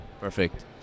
Perfect